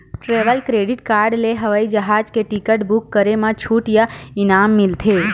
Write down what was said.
travel credit card ले हवई जहाज के टिकट बूक करे म छूट या इनाम मिलथे